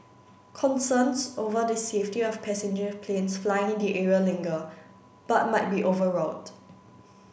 concerns over the safety of passenger planes flying in the area linger but might be overwrought